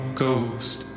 ghost